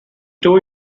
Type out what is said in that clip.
two